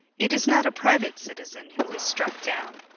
it is not a private citizen who is struck down.